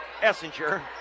Essinger